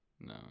No